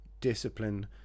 discipline